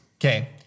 Okay